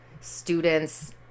students